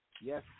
Yes